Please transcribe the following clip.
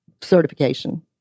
certification